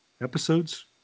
episodes